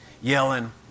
yelling